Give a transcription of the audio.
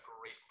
great